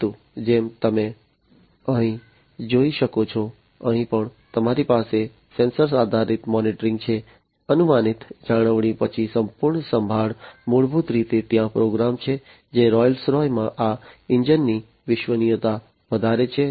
પરંતુ જેમ તમે અહીં જોઈ શકો છો અહીં પણ તમારી પાસે સેન્સર આધારિત મોનિટરિંગ છે અનુમાનિત જાળવણી પછી સંપૂર્ણ સંભાળ મૂળભૂત રીતે ત્યાં પ્રોગ્રામ છે જે રોલ્સ રોયસમાં આ એન્જિનની વિશ્વસનીયતા વધારે છે